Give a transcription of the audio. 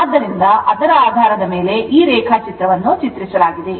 ಆದ್ದರಿಂದ ಅದರ ಆಧಾರದ ಮೇಲೆ ಈ ರೇಖಾಚಿತ್ರವನ್ನು ಚಿತ್ರಿಸಲಾಗಿದೆ